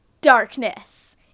darkness